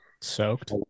soaked